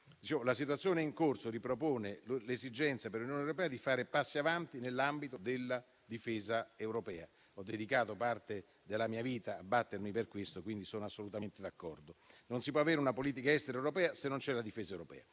La situazione in corso ripropone l'esigenza per l'Unione europea di fare passi avanti nell'ambito della difesa europea. Ho dedicato parte della mia vita a battermi per questo e, quindi, sono assolutamente d'accordo. Non si può avere una politica estera europea se non c'è la difesa europea.